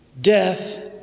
Death